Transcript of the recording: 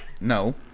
No